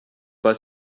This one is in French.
pas